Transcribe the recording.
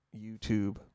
YouTube